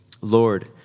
Lord